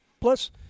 Plus